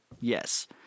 Yes